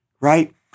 right